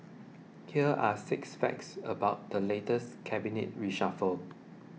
here are six facts about the latest Cabinet reshuffle